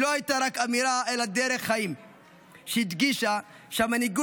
היא לא הייתה רק אמירה אלא דרך חיים שהדגישה שמנהיגות